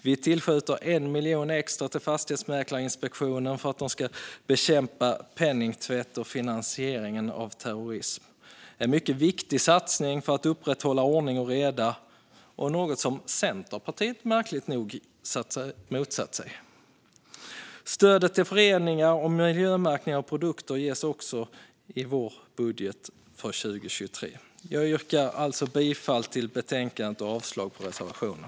Vi tillskjuter 1 miljon extra till Fastighetsmäklarinspektionen för att den ska bekämpa penningtvätt och finansiering av terrorism. Det är en mycket viktig satsning för att upprätthålla ordning och reda. Märkligt nog har Centerpartiet motsatt sig detta. Stöd till föreningar och miljömärkning av produkter ges också i vår budget för 2023. Jag yrkar bifall till utskottets förslag och avslag på reservationen.